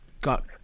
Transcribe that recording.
got